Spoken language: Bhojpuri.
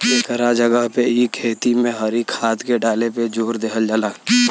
एकरा जगह पे इ खेती में हरी खाद के डाले पे जोर देहल जाला